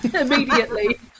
immediately